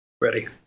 Ready